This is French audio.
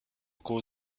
cause